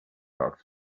box